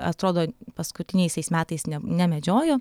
atrodo paskutiniaisiais metais ne nemedžiojo